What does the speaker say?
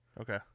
Okay